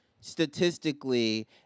statistically